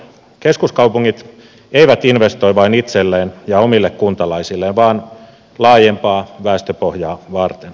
keskuskaupungit eivät investoi vain itselleen ja omille kuntalaisilleen vaan laajempaa väestöpohjaa varten